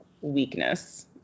weakness